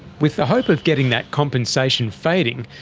with the hope of getting that compensation fading,